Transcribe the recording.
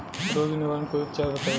रोग निवारन कोई उपचार बताई?